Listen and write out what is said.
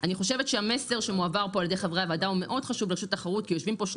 שהוא לא מבין למה המחירים פה כל כך לא שפויים והכול פה כל כך